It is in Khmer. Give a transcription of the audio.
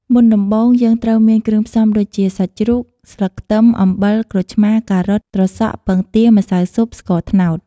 មុនដំបូង យើងត្រូវមានគ្រឿងផ្សំដូចជា សាច់ជ្រូក ស្លឹកខ្ទឹម អំបិល ក្រូចឆ្មារ ការ៉ុត ត្រសក់ ពងទា ម្សៅស៊ុប ស្ករត្នោត។